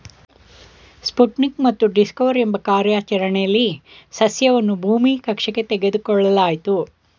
Sputnik ಮತ್ತು Discover ಎಂಬ ಕಾರ್ಯಾಚರಣೆಲಿ ಸಸ್ಯವನ್ನು ಭೂಮಿ ಕಕ್ಷೆಗೆ ತೆಗೆದುಕೊಳ್ಳಲಾಯ್ತು